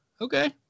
okay